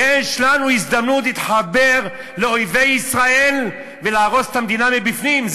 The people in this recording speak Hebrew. יש לנו הזדמנות להתחבר לאויבי ישראל ולהרוס את המדינה מבפנים.